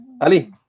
Ali